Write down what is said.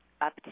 up